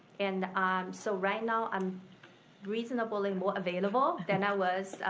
and so right now i'm reasonably more available than i was,